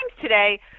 today